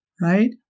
right